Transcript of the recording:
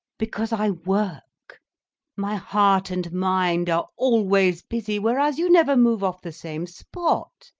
because i work my heart and mind are always busy, whereas you never move off the same spot.